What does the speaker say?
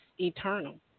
eternal